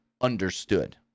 understood